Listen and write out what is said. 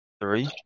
Three